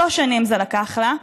שלוש שנים זה לקח לה,